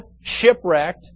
shipwrecked